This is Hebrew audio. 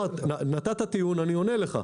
נתת טיעון אני עונה לך.